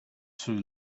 too